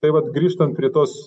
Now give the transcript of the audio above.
tai vat grįžtant prie tos